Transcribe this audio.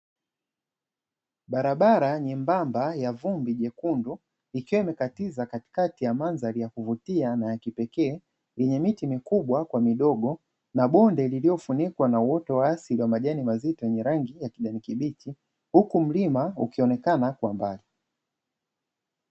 Barabara nyembamba ya vumbi jekundu ikiwa imekatiza katikati ya mandhari ya kuvutia na ya kipekee, yenye miti mikubwa kwa midogo na bonde lililofunikwa na uoto wa asili wa majani mazito yenye rangi ya kijani kibichi, huku mlima ukionekana kwa mbali.